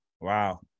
Wow